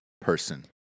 person